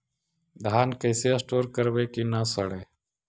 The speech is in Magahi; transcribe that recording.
धान कैसे स्टोर करवई कि न सड़ै?